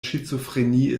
schizophrenie